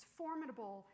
formidable